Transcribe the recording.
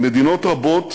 מדינות רבות